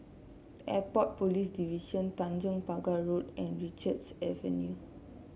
Airport Police Division Tanjong Pagar Road and Richards Avenue